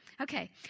Okay